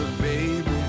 baby